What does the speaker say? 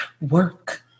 work